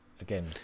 again